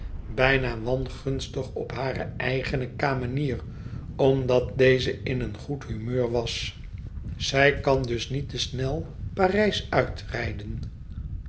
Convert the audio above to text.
bijna wangunstig op hare eigene kamenier omdat deze in een goed humeur was zij kan dus niet te snel p a